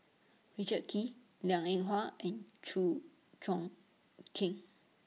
Richard Kee Liang Eng Hwa and Chew Choo Keng